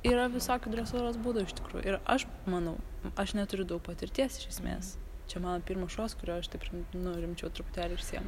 yra visokių dresūros būdų iš tikrųjų ir aš manau aš neturiu daug patirties iš esmės čia mano pirmas šuo su kurio aš taip rim nu rimčiau truputėlį užsiemu